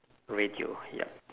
radio yup